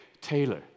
Taylor